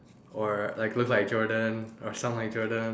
or like look like Jordan or sound like Jordan